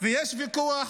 ויש ויכוח